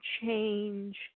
change